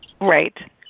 Right